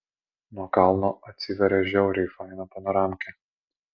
nuo kalno atsiveria žiauriai faina panoramkė